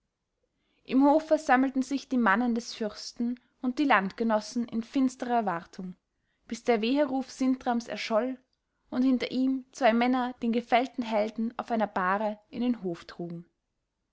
im hofe sammelten sich die mannen des fürsten und die landgenossen in finsterer erwartung bis der weheruf sintrams erscholl und hinter ihm zwei männer den gefällten helden auf einer bahre in den hof trugen